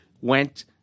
went